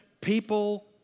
people